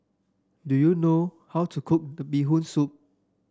do you know how to cook Bee Hoon Soup